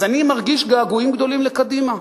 אז אני מרגיש געגועים גדולים לקדימה.